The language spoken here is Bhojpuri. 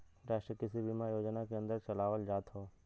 राष्ट्रीय कृषि बीमा योजना के अन्दर चलावल जात हौ